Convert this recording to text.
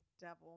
devil